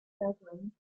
dublin